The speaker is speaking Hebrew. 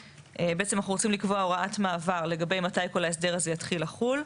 בעצם אנחנו רוצים לקבוע הוראת מעבר לגבי מתי כל ההסדר הזה יתחיל לחול,